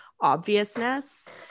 obviousness